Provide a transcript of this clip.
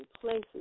places